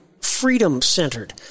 freedom-centered